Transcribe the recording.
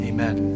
Amen